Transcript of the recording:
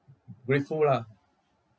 grateful lah